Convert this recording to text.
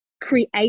create